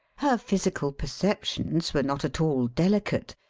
her physical perceptions were not at all delicate.